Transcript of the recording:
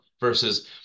versus